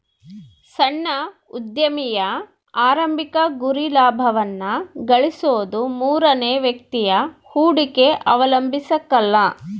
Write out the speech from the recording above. ಸಣ್ಣ ಉದ್ಯಮಿಯ ಆರಂಭಿಕ ಗುರಿ ಲಾಭವನ್ನ ಗಳಿಸೋದು ಮೂರನೇ ವ್ಯಕ್ತಿಯ ಹೂಡಿಕೆ ಅವಲಂಬಿಸಕಲ್ಲ